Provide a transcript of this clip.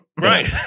right